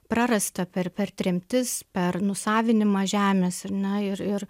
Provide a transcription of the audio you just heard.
prarasta per per tremtis per nusavinimą žemės ir na ir ir